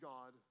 God